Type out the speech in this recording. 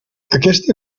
aquesta